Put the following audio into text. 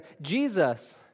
Jesus